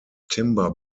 timber